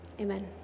amen